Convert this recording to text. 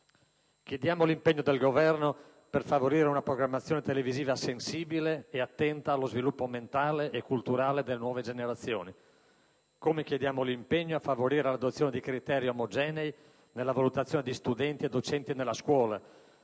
Chiediamo l'impegno del Governo per favorire una programmazione televisiva sensibile e attenta allo sviluppo mentale e culturale delle nuove generazioni. Chiediamo inoltre l'impegno a favorire l'adozione di criteri omogenei nella valutazione di studenti e docenti nella scuola,